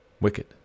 wicked